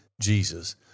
Jesus